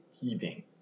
heaving